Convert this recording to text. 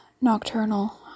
nocturnal